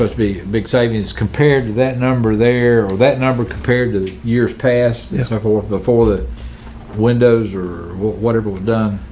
but be big savings compared to that number there or that number compared to the years past. so for the for the windows or whatever we've